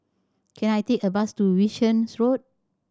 can I take a bus to Wishart's Road